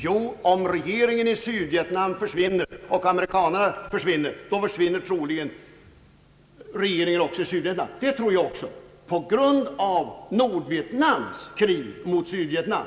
Jo, om amerikanarna försvinner så tror jag att även regeringen i Sydvietnam försvinner — på grund av Nordvietnams krig mot Sydvietnam.